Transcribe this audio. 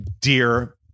dear